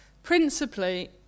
principally